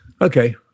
Okay